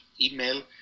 email